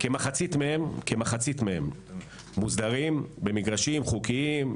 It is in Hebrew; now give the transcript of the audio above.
כמחצית מהם מוסדרים במגרשים חוקיים,